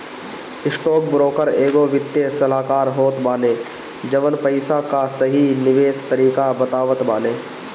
stockbroker एगो वित्तीय सलाहकार होत बाने जवन पईसा कअ सही निवेश तरीका बतावत बाने